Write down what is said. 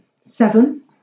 seven